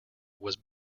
was